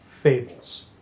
fables